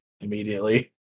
immediately